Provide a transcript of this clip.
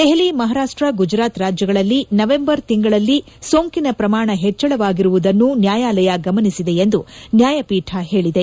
ದೆಹಲಿ ಮಹಾರಾಷ್ಲ ಗುಜರಾತ್ ರಾಜ್ಲಗಳಲ್ಲಿ ನವೆಂಬರ್ ತಿಂಗಳಲ್ಲಿ ಸೋಂಕಿನ ಪ್ರಮಾಣ ಹೆಚ್ಚಳವಾಗಿರುವುದನ್ನು ನ್ಯಾಯಾಲಯ ಗಮನಿಸಿದೆ ಎಂದು ನ್ಯಾಯಪೀಠ ಹೇಳಿದೆ